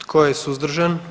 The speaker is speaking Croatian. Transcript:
Tko je suzdržan?